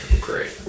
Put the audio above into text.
Great